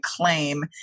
claim